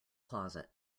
closet